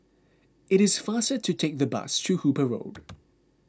it is faster to take the bus to Hooper Road